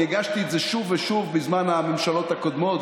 אני הגשתי את זה שוב ושוב בזמן הממשלות הקודמות,